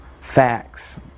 facts